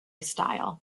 style